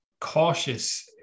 cautious